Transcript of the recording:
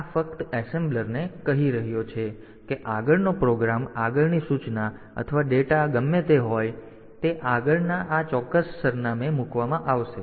તેથી આ ફક્ત એસેમ્બલરને કહી રહ્યો છે કે આગળનો પ્રોગ્રામ આગળની સૂચના અથવા ડેટા ગમે તે હોય તો તે આગળ આ ચોક્કસ સરનામે મૂકવામાં આવશે